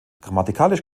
grammatikalisch